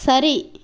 சரி